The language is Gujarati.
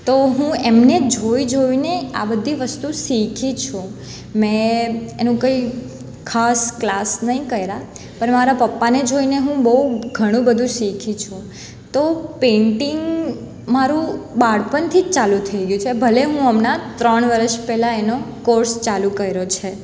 તો હું એમને જોઈ જોઈને આ બધી વસ્તુ શીખી છું મેં એનું કંઈ ખાસ ક્લાસ નથી કર્યા પણ મારા પપ્પાને જોઈને હું બહુ ઘણું બધું શીખી છું તો પેઇન્ટિંગ મારું બાળપણથી જ ચાલુ થઈ ગયું છે ભલે હું હમણાં ત્રણ વરસ પહેલાં એનો કોર્સ ચાલુ કર્યો છે